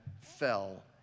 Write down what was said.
fell